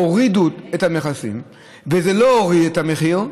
הורידו את המכסים וזה לא הוריד את המחיר.